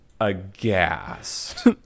aghast